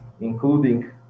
including